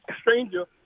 stranger